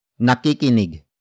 nakikinig